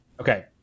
Okay